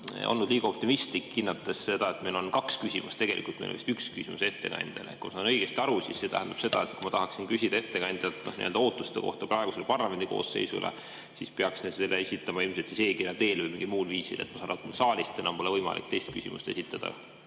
olin liiga optimistlik, hinnates seda, et meil on kaks küsimust. Tegelikult meil on vist üks küsimus ettekandjale. Kui ma saan õigesti aru, siis see tähendab seda, et kui ma tahaksin küsida ettekandjalt ootuste kohta praegusele parlamendikoosseisule, siis peaksin selle esitama ilmselt e-kirja teel või mingil muul viisil, kuna saalist pole enam võimalik teist küsimust esitada.